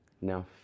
Now